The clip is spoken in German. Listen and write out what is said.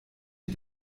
wie